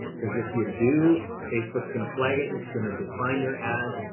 cause if you do, facebook's gonna flag it. it's going to decline your ad.